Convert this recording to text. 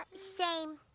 same.